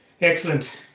Excellent